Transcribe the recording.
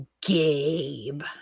Gabe